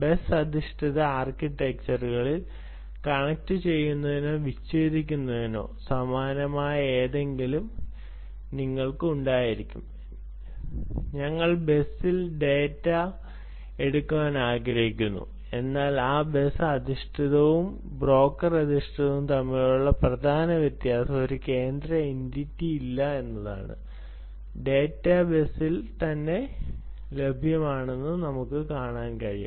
bus അധിഷ്ഠിത ആർക്കിടെക്ചറിൽ കണക്റ്റുചെയ്യുന്നതിനോ വിച്ഛേദിക്കുന്നതിനോ സമാനമായ എന്തെങ്കിലും നിങ്ങൾക്ക് ഉണ്ടായിരിക്കാം ഞങ്ങൾ ബസ്സിലെ ഡാറ്റ എടുക്കാൻ ആഗ്രഹിക്കുന്നു അതിനാൽ ഈ ബസ് അധിഷ്ഠിതവും ബ്രോക്കർ അധിഷ്ഠിതവും തമ്മിലുള്ള പ്രധാന വ്യത്യാസം ഒരു കേന്ദ്ര എന്റിറ്റി ഇല്ല എന്നതാണ് ഡാറ്റ ബസ്സിൽ തന്നെ ലഭ്യമാണെന്ന് നമുക്ക് കാണാൻ കഴിയും